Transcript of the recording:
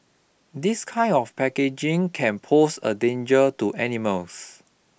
this kind of packaging can pose a danger to animals